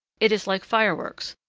it is like fireworks,